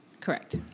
Correct